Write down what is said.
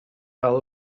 fel